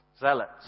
Zealots